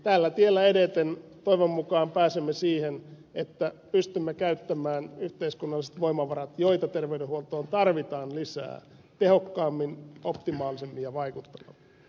tällä tiellä edeten toivon mukaan pääsemme siihen että pystymme käyttämään yhteiskunnalliset voimavarat joita terveydenhuoltoon tarvitaan lisää tehokkaammin optimaalisemmin ja vaikuttavammin